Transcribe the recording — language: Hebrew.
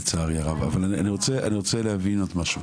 למיטב ידעתי,